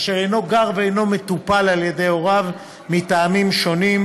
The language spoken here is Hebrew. אשר אינו גר ואינו מטופל על-ידי הוריו מטעמים שונים,